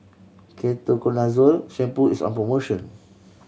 Ketoconazole Shampoo is on promotion